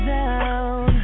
down